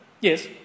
Yes